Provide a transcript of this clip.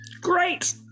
Great